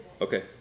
okay